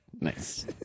Nice